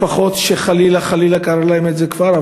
משפחות שחלילה חלילה זה קרה להן כבר,